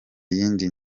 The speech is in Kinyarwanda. yindi